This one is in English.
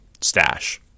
stash